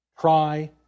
Try